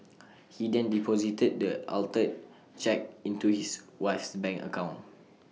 he then deposited the altered cheque into his wife's bank account